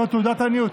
הוא תעודת עניות.